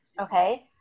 okay